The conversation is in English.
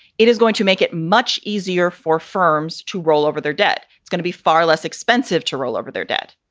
it is going to make it much easier for firms to roll over their debt. it's gonna be far less expensive to roll over their debt.